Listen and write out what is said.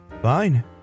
Fine